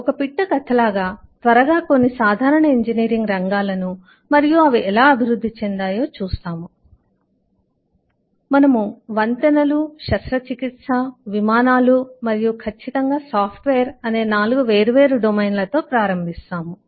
ఒక పిట్ట కథ లాగా త్వరగా కొన్ని సాధారణ ఇంజనీరింగ్ రంగాలను మరియు అవి ఎలా అభివృద్ధి చెందాయో చూస్తాము మనము వంతెనలు శస్త్రచికిత్స విమానాలు మరియు ఖచ్చితంగా సాఫ్ట్వేర్ అనే 4 వేర్వేరు డొమైన్లతో ప్రారంభిస్తాము